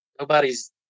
nobody's